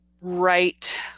right